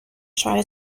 شوهر